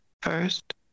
first